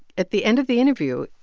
at the end of the interview,